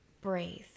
Breathe